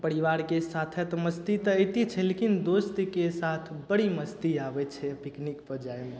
परिवारके साथे तऽ मस्ती तऽ अइते छै लेकिन दोस्तके साथ बड़ी मस्ती आबय छै पिकनिकपर जाइमे